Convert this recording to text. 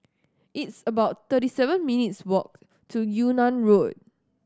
it's about thirty seven minutes' walk to Yung An Road